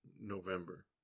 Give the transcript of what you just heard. November